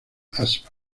asma